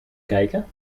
kijken